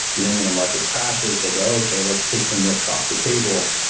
then when the market crashes, they go, oh, okay. let's take some risk off the table.